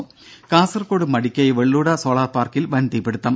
ദേദ കാസർകോട് മടിക്കൈ വെള്ളൂട സോളാർ പാർക്കിൽ വൻ തീപിടിത്തം